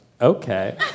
Okay